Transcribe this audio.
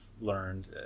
learned